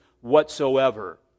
whatsoever